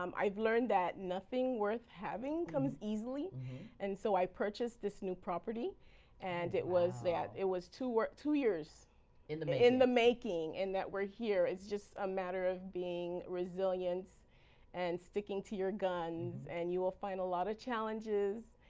um i've learned that nothing worth having comes easily and so i purchased this new property and it was that it was two years in the in the making and that we're here it's just a matter of being resilience and sticking to your guns and you will find a lot of challenges.